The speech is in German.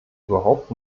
überhaupt